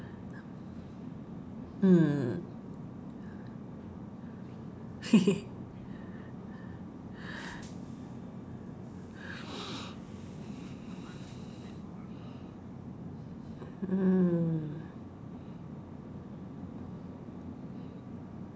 mm mm